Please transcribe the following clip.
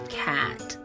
cat